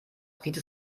riecht